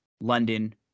London